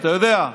אתה יודע,